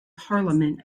parliament